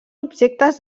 objectes